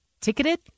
ticketed